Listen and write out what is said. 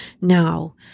Now